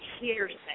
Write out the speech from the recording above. hearsay